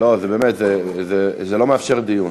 באמת, זה לא מאפשר דיון.